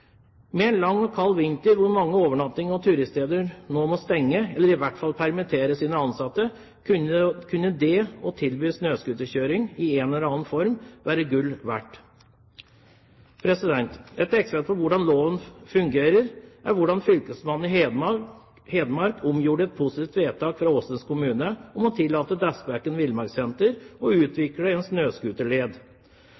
Med en lang og kald vinter, hvor mange overnattings- og turiststeder må stenge, eller i hvert fall permittere sine ansatte, kunne det å tilby snøscooterkjøring i en eller annen form være gull verdt. Et eksempel på hvordan loven fungerer, er hvordan fylkesmannen i Hedmark omgjorde et positivt vedtak i Åsnes kommune om å tillate Dæsbekken Villmarkssenter å